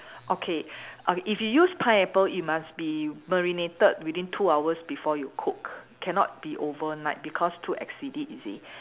okay uh if you use pineapple it must be marinated within two hours before you cook cannot be overnight because too acidic you see